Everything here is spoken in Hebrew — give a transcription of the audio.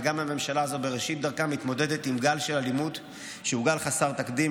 וגם הממשלה הזו בראשית דרכה מתמודדת עם גל של אלימות שהוא גל חסר תקדים.